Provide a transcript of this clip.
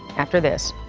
after this.